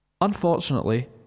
Unfortunately